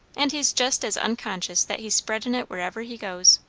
and he's jest as unconscious that he's spreadin' it wherever he goes.